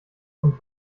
und